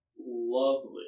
Lovely